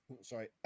Sorry